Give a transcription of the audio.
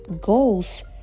goals